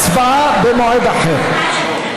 הצבעה במועד אחר.